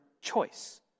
choice